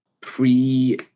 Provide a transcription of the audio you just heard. pre